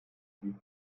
die